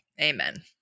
Amen